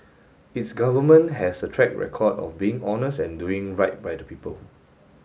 its Government has a track record of being honest and doing right by the people